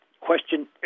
Question